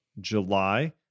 July